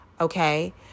okay